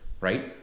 right